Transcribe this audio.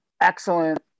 excellent